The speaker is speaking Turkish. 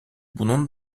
bunun